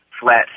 flat